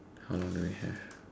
how long do we have